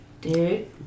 dude